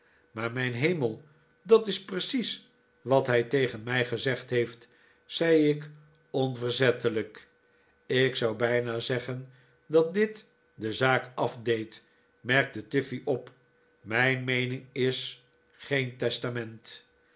maar mijn hemel dat is precies wat hij tegen mij gezegd heeft zei ik onverzettelijk ik zou bijna zeggen dat dit de zaak afdeed merkte tiffey op mijn meening is geen testament